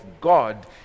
God